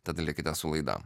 tad likite su laida